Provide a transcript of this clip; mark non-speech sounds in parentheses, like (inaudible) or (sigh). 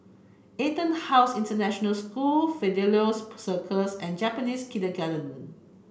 EtonHouse International School Fidelio (unintelligible) Circus and Japanese Kindergarten